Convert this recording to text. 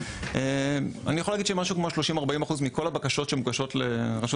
אני יכול להגיד שכ-30%-40% מכל הבקשות שמוגשות לרשות